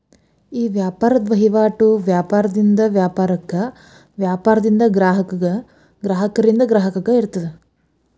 ಈ ವ್ಯಾಪಾರದ್ ವಹಿವಾಟು ವ್ಯಾಪಾರದಿಂದ ವ್ಯಾಪಾರಕ್ಕ, ವ್ಯಾಪಾರದಿಂದ ಗ್ರಾಹಕಗ, ಗ್ರಾಹಕರಿಂದ ಗ್ರಾಹಕಗ ಇರ್ತದ